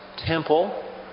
Temple